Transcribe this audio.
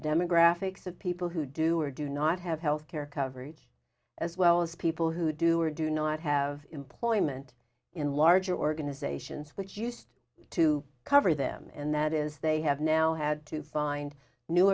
demographics of people who do or do not have health care coverage as well as people who do or do not have employment in large organizations which used to cover them and that is they have now had to find new